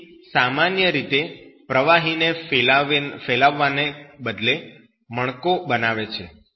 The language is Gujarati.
તે સામાન્ય રીતે પ્રવાહીને ફેલાવવાને બદલે મણકો બનાવે છે